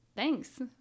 Thanks